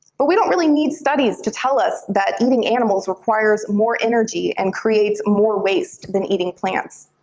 but we don't really need studies to tell us that eating animals requires more energy and creates more waste than eating plants.